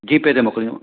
GPay ते मोकिलींदोमांव